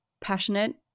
passionate